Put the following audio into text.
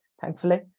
thankfully